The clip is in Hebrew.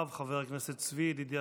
אחריו, חבר הכנסת צבי ידידיה